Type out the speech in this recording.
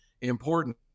important